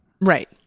right